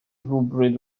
rhywbryd